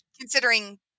considering